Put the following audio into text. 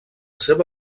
seva